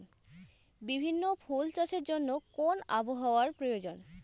বিভিন্ন ফুল চাষের জন্য কোন আবহাওয়ার প্রয়োজন?